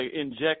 inject